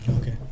Okay